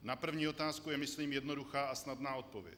Na první otázku je myslím jednoduchá a snadná odpověď.